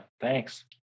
thanks